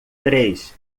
três